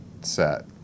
set